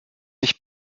mich